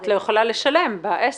את לא יכולה לשלם בעסק.